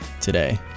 today